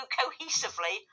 cohesively